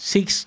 Six